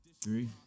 Three